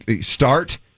start